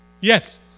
yes